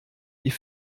die